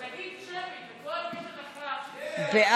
חוק מקורות אנרגיה (תיקון מס' 2),